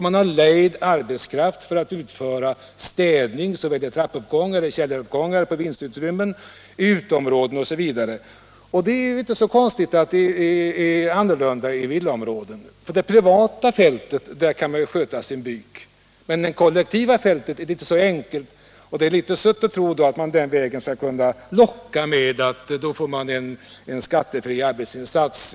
Man har alltså lejd arbetskraft för att utföra städning i trappuppgångar, källare, vindsutrymmen, uteområden osv. Det är inte så konstigt att det är annorlunda i villaområdena. På det privata fältet kan man sköta sin byk själv, men på det kollektiva fältet är det inte så enkelt. Det är därför jag anser att det är litet sött att - Nr 90 tro att man den vägen skall kunna locka med en skattefri arbetsinsats.